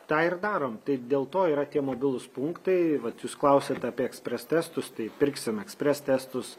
tą ir darom tai dėl to yra tie mobilūs punktai vat jūs klausiat apie ekspres testus tai pirksime ekspres testus